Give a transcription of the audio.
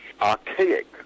archaic